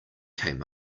came